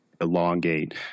elongate